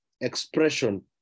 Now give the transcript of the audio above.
expression